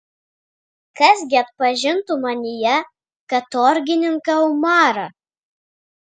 kas gi atpažintų manyje katorgininką umarą